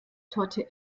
torte